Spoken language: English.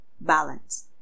balance